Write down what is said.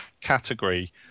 category